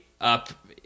up